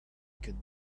could